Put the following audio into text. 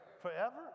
Forever